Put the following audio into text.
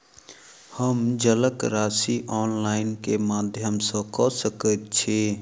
हम जलक राशि ऑनलाइन केँ माध्यम सँ कऽ सकैत छी?